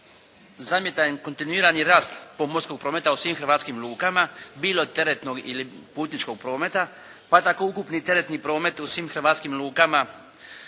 zamjetan je kontinuirani rast pomorskog prometa u svim hrvatskim lukama bilo teretnog ili putničkog prometa, pa tako ukupni teretni promet u svim hrvatskim lukama